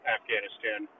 Afghanistan